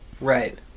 Right